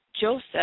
Joseph